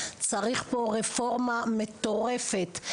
צריך פה רפורמה מטורפת,